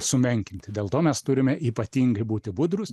sumenkinti dėl to mes turime ypatingai būti budrūs